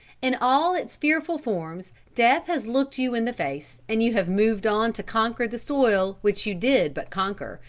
in all its fearful forms, death has looked you in the face, and you have moved on to conquer the soil which you did but conquer,